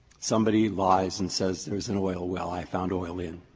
somebody lies and says there's an oil well i found oil in.